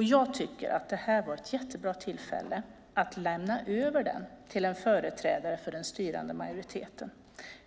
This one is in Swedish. Jag tycker det här är ett bra tillfälle att lämna över budkavlen till en företrädare för den styrande majoriteten